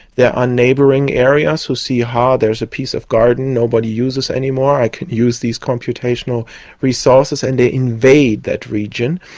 there are neighbouring areas who see, ha, there's a piece of garden nobody uses anymore, i could use these computational resources', and they invade that region.